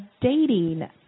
dating